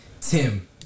Tim